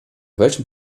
welchem